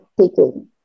taking